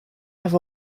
have